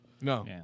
No